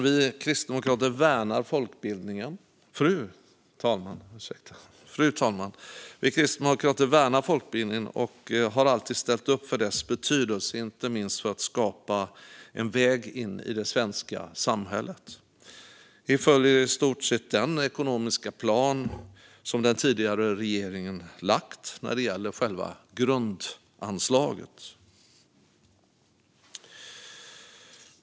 Vi kristdemokrater värnar folkbildningen och har alltid ställt upp för dess betydelse, inte minst för att skapa en väg in i det svenska samhället. Vi följer i stort sett den ekonomiska plan som den tidigare regeringen lagt fram när det gäller själva grundanslaget.